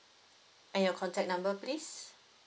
and your contact number please